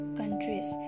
countries